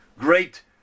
great